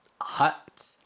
hut